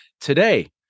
today